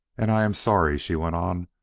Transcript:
and i am sorry, she went on,